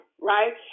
right